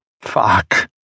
Fuck